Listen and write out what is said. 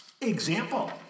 Example